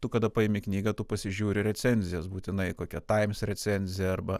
tu kada paimi knygą tu pasižiūri recenzijas būtinai kokia times recenzija arba